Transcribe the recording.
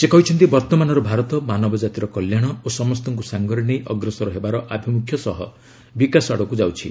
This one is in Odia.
ସେ କହିଛନ୍ତି ବର୍ତ୍ତମାନର ଭାରତ ମାନବ ଜାତିର କଲ୍ୟାଣ ଓ ସମସ୍ତଙ୍କୁ ସାଙ୍ଗରେ ନେଇ ଅଗ୍ରସର ହେବାର ଆଭିମୁଖ୍ୟ ସହ ବିକାଶ ଆଡ଼କୁ ଯାଉଛି